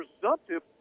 presumptive